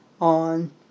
on